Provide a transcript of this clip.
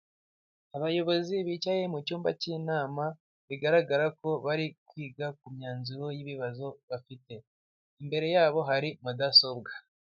Abayobozi bicaye mu cyumba cy'inama, bigaragara ko bari kwiga ku myanzuro y'ibibazo bafite, imbere yabo hari mudasobwa